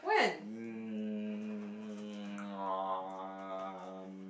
um um